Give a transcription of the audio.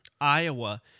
Iowa